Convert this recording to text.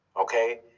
okay